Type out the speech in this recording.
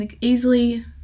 easily